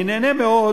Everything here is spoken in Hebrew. אני נהנה מאוד